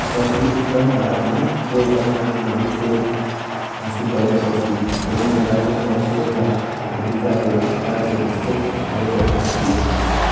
पछि उत्तर भारतमा चोल अभियानमा विजय हासिल गरेपछि भेङ्गी राजेन्द्र चोलका भतिजाको राज्याभिषेक भएको ठाउँ थियो